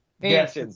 Yes